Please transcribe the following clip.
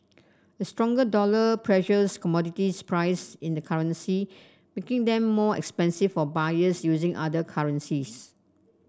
a stronger dollar pressures commodities price in the currency making them more expensive for buyers using other currencies